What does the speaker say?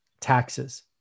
taxes